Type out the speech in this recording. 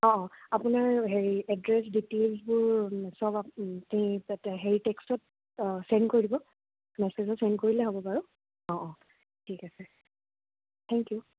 অ' অ' আপোনাৰ হেৰি এড্ৰেছ ডিটেইলছবোৰ চব আপুনি সেই টেক্সত ছেণ্ড কৰি দিব মেছেজত ছেণ্ড কৰিলে হ'ব বাৰু অ' অ' ঠিক আছে থেংক ইউ